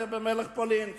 זה היה אצל מלך פולין.